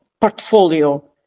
portfolio